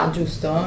giusto